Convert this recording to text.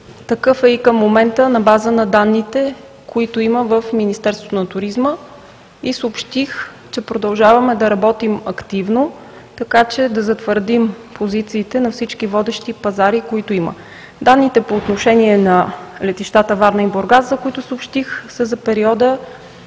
Такъв е и към момента на база на данните, които има в Министерството на туризма, и съобщих, че продължаваме да работим активно, така че да затвърдим позициите на всички водещи пазари, които има. Данните по отношение на летищата Варна и Бургас, за които съобщих, са за периода